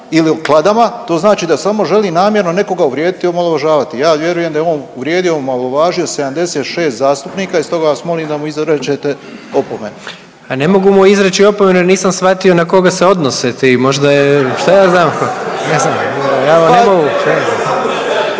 ili o kladama to znači da samo želi namjerno nekoga uvrijediti i omalovažavati. Ja vjeruje uvrijedio i omalovažio 76 zastupnika i stoga vas molim da mu izrečete opomenu. **Jandroković, Gordan (HDZ)** Pa ne mogu izreći opomenu jer nisam shvatio na koga se odnose ti, možda je, šta ja znam, ja vam ne mogu.